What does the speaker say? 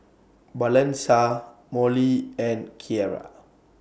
Blanca Molly and Kiera